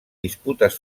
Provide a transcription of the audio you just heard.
disputes